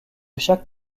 chaque